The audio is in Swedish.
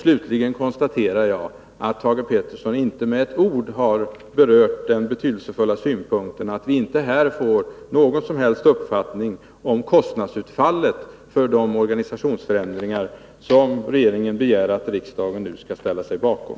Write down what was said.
Jag konstaterar slutligen att Thage Peterson inte med ett ord har berört det betydelsefulla förhållandet att vi här inte får någon som helst uppfattning om kostnadsutfallet för de organisationsförändringar som regeringen begär att riksdagen nu skall ställa sig bakom.